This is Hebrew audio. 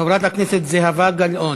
חברת הכנסת זהבה גלאון,